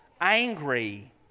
angry